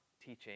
teaching